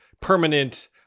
permanent